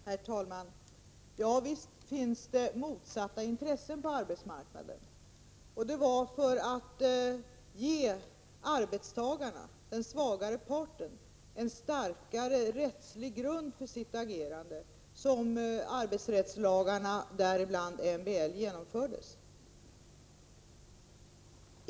Herr talman! Visst finns det motsatta intressen på arbetsmarknaden. Det var för att ge arbetstagarna, den svagare parten, en starkare rättslig grund för sitt agerande som arbetsrättslagarna, däribland MBL, genomfördes.